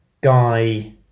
guy